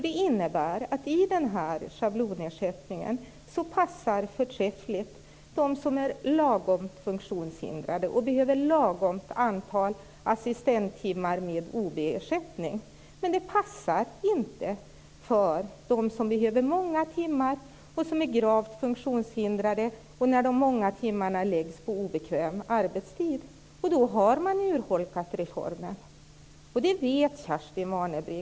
Det innebär att i schablonersättningen passar förträffligt de som är lagom funktionshindrade och behöver lagom antal assistenttimmar med OB ersättning. Men det passar inte för dem som behöver många timmar, som är gravt funktionshindrade och när de många timmarna läggs på obekväm arbetstid. Och då har man urholkat reformen. Det vet Kerstin Warnerbring.